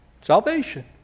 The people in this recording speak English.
Salvation